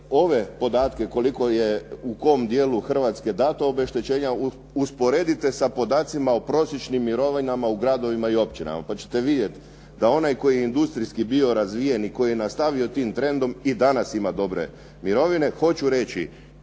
ove podatke koliko je u kom dijelu Hrvatske dato obeštećenja usporedite sa podacima u prosječnim mirovinama u gradovima i općinama, pa ćete vidjeti da je onaj dio koji je industrijski razvijen i koji je nastavio tim trendom i danas ima dobre mirovine. Hoću reći,